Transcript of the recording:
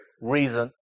reason